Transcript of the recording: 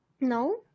No